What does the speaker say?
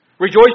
Rejoice